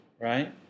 right